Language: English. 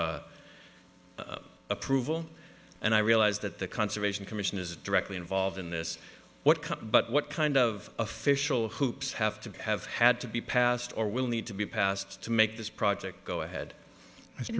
approval and i realize that the conservation commission is directly involved in this what cup but what kind of official hoops have to have had to be passed or will need to be passed to make this project go ahead i